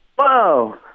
whoa